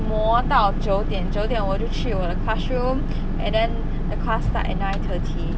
mo 到九点九点我就去我的 classroom and then the class start at nine thirty